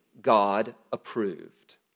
God-approved